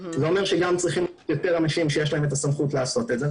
זה אומר שגם צריכים יותר אנשים שיש להם סמכות לעשות את זה,